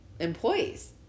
employees